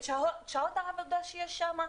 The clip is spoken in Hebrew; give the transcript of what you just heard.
את שעות העבודה שיש שם,